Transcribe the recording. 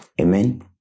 Amen